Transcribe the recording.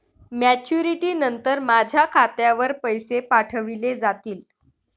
Maturity नंतर माझ्या खात्यावर पैसे पाठविले जातील?